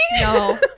No